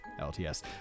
LTS